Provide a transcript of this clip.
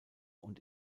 und